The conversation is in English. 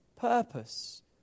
purpose